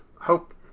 hope